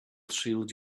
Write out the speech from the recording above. shield